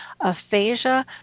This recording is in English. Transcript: aphasia